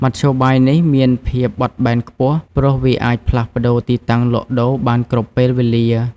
មធ្យោបាយនេះមានភាពបត់បែនខ្ពស់ព្រោះវាអាចផ្លាស់ប្តូរទីតាំងលក់ដូរបានគ្រប់ពេលវេលា។